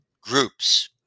groups